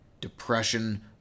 depression